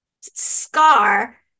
scar